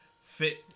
fit